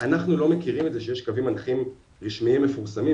אנחנו לא מכירים את זה שיש קווים מנחים רשמיים מפורסמים,